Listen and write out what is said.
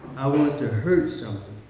i wanted to hurt so